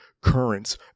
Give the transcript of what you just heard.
Currents